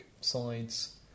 sides